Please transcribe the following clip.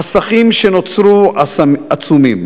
החסכים שנוצרו עצומים.